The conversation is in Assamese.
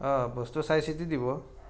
অঁ বস্তু চাইচিতি দিব